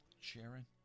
Sharon